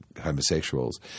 homosexuals